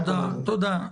תודה.